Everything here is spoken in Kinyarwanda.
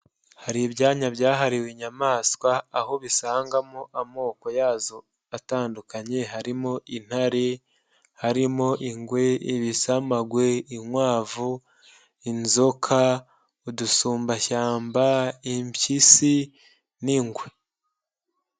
Hari ibyanya byahariwe inyamaswa aho ubisangamo amoko yazo atandukanye harimo intare, harimo ingwe, ibisamagwe, inkwavu, inzoka, udusumbashyamba, impyisi n'ingwe.